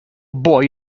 boy